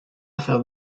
have